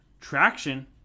traction